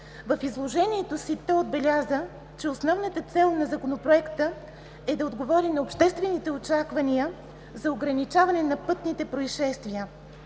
В изложението си той отбеляза, че основна цел на Законопроекта е да се отговори на обществените очаквания за ограничаване на пътните произшествия.